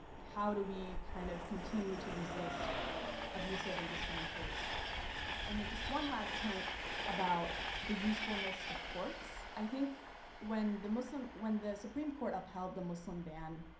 how do we kind of continue to resist abusive and discriminatory state policies? and then, just one last point about the usefulness of courts. i think when the muslim, when the supreme court upheld the muslim ban,